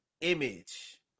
image